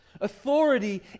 Authority